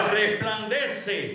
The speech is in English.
resplandece